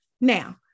Now